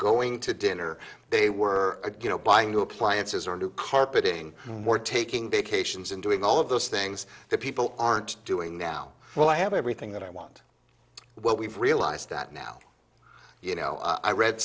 going to dinner they were going to buying new appliances or new carpeting more taking vacations and doing all of those things that people aren't doing now well i have everything that i want what we've realized that now you know i read